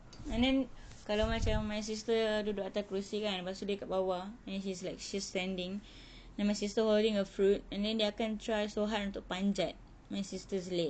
and then kalau macam my sister duduk atas kerusi kan pastu dia kat bawah and she's like she's standing then my sister holding a fruit and then dia akan tries so hard untuk panjat my sister's legs